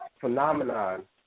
phenomenon